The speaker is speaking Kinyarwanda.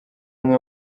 umwe